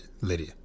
Lydia